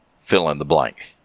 fill-in-the-blank